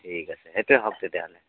ঠিক আছে সেইটোৱেই হওক তেতিয়াহ'লে